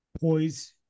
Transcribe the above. poise